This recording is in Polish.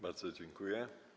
Bardzo dziękuję.